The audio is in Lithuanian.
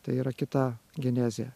tai yra kita genezė